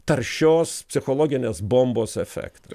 taršios psichologinės bombos efektą